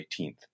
18th